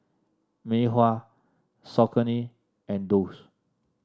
Mei Hua Saucony and Doux